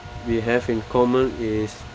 we have in common is